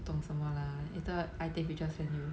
不懂什么 lah later I take picture send you